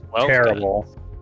terrible